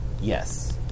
Yes